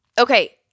okay